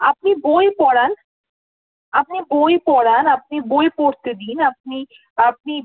আপনি বই পড়ান আপনি বই পড়ান আপনি বই পড়তে দিন আপনি আপনি